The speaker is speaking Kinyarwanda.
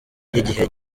y’igihe